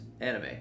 anime